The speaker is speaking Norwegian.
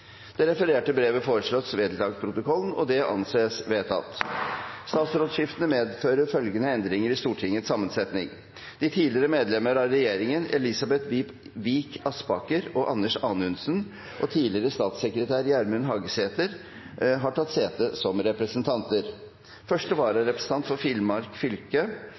Det refererte brevet foreslås vedlagt protokollen. – Det anses vedtatt. Statsrådskiftene medfører følgende endringer i Stortingets sammensetning: De tidligere medlemmene av regjeringen, Elisabeth Vik Aspaker og Anders Anundsen, og tidligere statssekretær Gjermund Hagesæter har tatt sete som representanter. Første vararepresentant for Finnmark fylke,